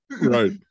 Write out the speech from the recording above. Right